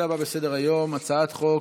הנושא הבא בסדר-היום, הצעת חוק